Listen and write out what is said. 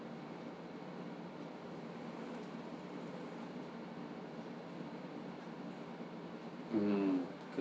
mm